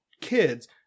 kids